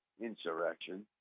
insurrection